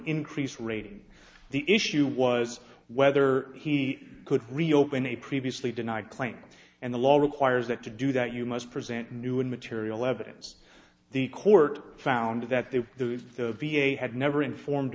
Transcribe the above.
increase rating the issue was whether he could reopen a previously denied claims and the law requires that to do that you must present new and material evidence the court found that the v a had never informed